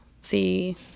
See